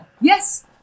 Yes